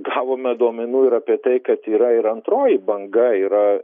gavome duomenų ir apie tai kad yra ir antroji banga yra